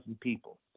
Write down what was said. people